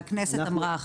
והכנסת אמרה אחרת.